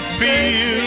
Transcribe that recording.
feel